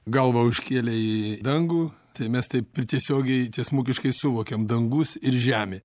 galvą užkėlę į dangų tai mes taip ir tiesiogiai tiesmukiškai suvokiam dangus ir žemė